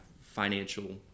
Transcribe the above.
financial